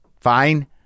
Fine